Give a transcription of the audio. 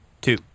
two